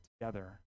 together